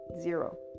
zero